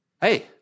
Hey